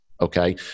Okay